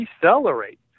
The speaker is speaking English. decelerate